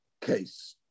case